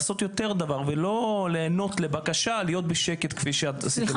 לעשות יותר ולא להיענות לבקשה להיות בשקט כפי שאתם עשיתם עד עכשיו.